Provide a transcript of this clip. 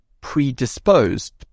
predisposed